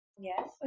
Yes